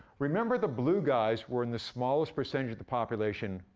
remember the blue guys were in the smallest percentage of the population,